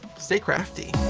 stay crafty!